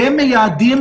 והם מייעדים